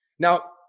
Now